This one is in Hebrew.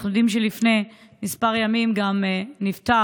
אנחנו יודעים שלפני כמה ימים גם נפטר,